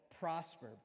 prosper